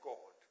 God